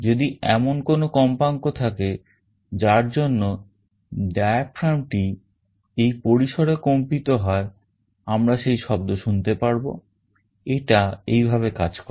যদি এমন কোন কম্পাঙ্ক থাকে যার জন্য diaphragm টি এই পরিসরে কম্পিত হয় আমরা সেই শব্দ শুনতে পারব এটা এই ভাবে কাজ করে